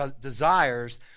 desires